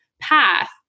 path